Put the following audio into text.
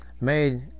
made